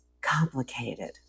complicated